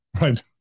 right